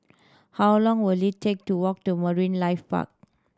how long will it take to walk to Marine Life Park